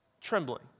trembling